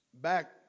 back